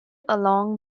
along